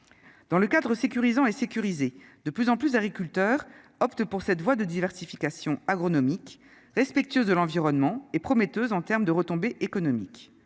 dans le cadre sécurisant et sécurisé, de plus en plus d'agriculteurs optent pour cette voie de diversification agronomiques, respectueuses de l'environnement et prometteuse en terme de retombées économiques,